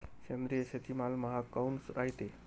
सेंद्रिय शेतीमाल महाग काऊन रायते?